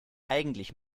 eigentlich